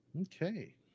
Okay